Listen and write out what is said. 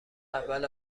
اول